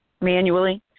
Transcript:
manually